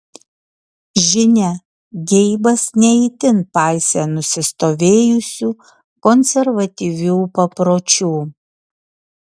žinia geibas ne itin paisė nusistovėjusių konservatyvių papročių